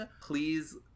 Please